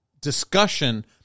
discussion